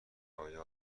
آیا